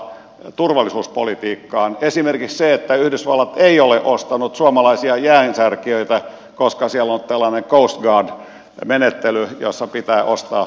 esimerkiksi sitä että yhdysvallat ei ole ostanut suomalaisia jäänsärkijöitä koska siellä on tällainen coast guard menettely jossa pitää ostaa amerikkalaista